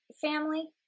family